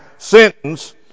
sentence